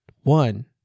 one